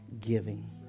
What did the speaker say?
giving